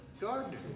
gardener